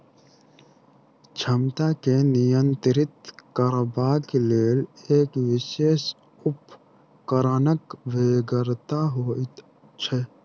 क्षमता के नियंत्रित करबाक लेल एक विशेष उपकरणक बेगरता होइत छै